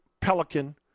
Pelican